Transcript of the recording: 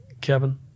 Kevin